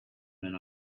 man